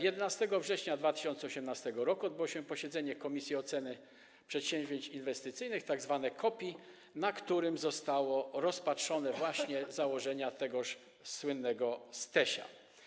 11 września 2018 r. odbyło się posiedzenie Komisji Oceny Przedsięwzięć Inwestycyjnych, tzw. KOPI, na którym zostały rozpatrzone właśnie założenia tegoż słynnego STEŚ-a.